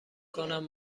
کنم